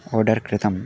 order कृतं